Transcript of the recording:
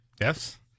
Yes